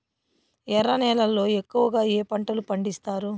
ఎర్ర నేలల్లో ఎక్కువగా ఏ పంటలు పండిస్తారు